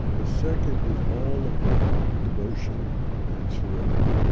the second is all about devotion and surrender,